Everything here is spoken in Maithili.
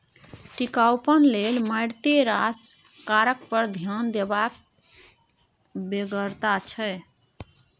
टिकाउपन लेल मारिते रास कारक पर ध्यान देबाक बेगरता छै